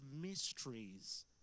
mysteries